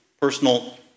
personal